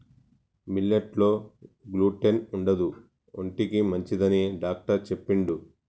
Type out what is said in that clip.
millet లో gluten ఉండదు ఒంటికి మంచిదని డాక్టర్ చెప్పిండు